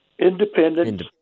independent